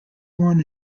born